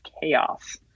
chaos